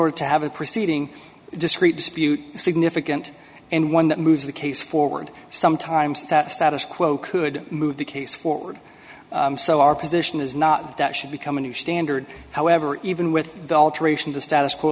order to have a proceeding discreet dispute significant and one that moves the case forward sometimes that status quo could move the case forward so our position is not that should become a new standard however even with the alteration the status quo